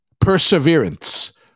perseverance